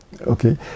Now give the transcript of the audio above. Okay